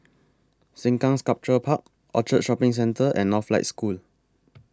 Sengkang Sculpture Park Orchard Shopping Centre and Northlight School